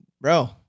Bro